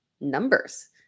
numbers